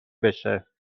بشه